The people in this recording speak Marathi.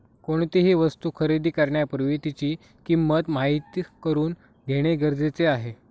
कोणतीही वस्तू खरेदी करण्यापूर्वी तिची किंमत माहित करून घेणे गरजेचे आहे